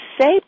say